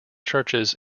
churches